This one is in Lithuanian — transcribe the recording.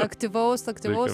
aktyvaus aktyvaus